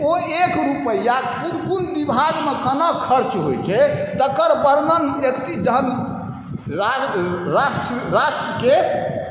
ओ एक रुपैआ कोन कोन विभागमे केना खर्च होइ छै तकर वर्णन राष्ट्र राष्ट्र राष्ट्रके